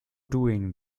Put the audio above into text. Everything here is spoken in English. doing